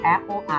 Apple